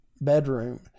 bedroom